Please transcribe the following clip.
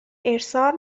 ارسال